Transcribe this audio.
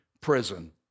prison